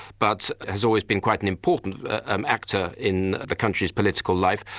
but has always been quite an important um actor in the country's political life.